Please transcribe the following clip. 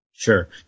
Sure